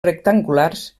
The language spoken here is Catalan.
rectangulars